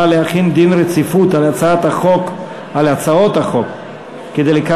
להחיל דין רציפות על הצעות החוק כדלקמן: